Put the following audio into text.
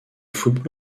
football